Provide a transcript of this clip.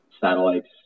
satellites